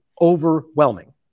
overwhelming